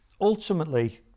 ultimately